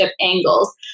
angles